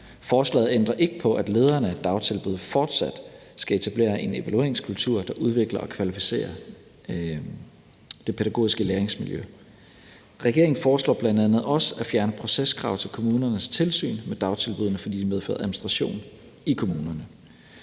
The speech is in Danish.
Lovforslaget ændrer ikke på, at lederen af et dagtilbud fortsat skal etablere en evalueringskultur, der udvikler og kvalificerer det pædagogiske læringsmiljø. Regeringen foreslår bl.a. også at fjerne proceskrav til kommunernes tilsyn med dagtilbuddene, fordi det medfører administration i kommunerne.